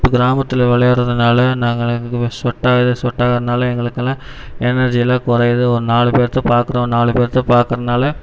கிராமத்தில் விளையாடுறதுனால நாங்கள் எங்களுக்கு ஸ்வெட் ஆகுது ஸ்வெட் ஆகுறதனால எங்களுக்கெல்லாம் எனெர்ஜியெல்லாம் குறையுது ஒரு நாலு பேர்த்தை பார்க்குறோம் நாலு பேர்த்தை பார்க்கறனால